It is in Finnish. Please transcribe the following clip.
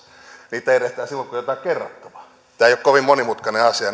niitä järjestetään silloin kun on jotain kerrottavaa tämä ei ole kovin monimutkainen asia